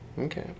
Okay